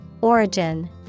Origin